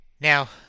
Now